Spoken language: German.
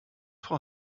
frau